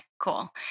cool